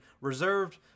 reserved